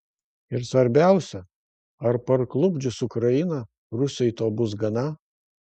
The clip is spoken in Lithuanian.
ir svarbiausia ar parklupdžius ukrainą rusijai to bus gana